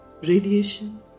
Radiation